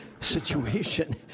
situation